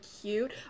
cute